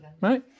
right